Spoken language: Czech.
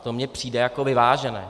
To mně přijde jako vyvážené.